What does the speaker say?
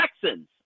Texans